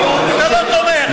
אתה לא תומך.